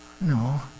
No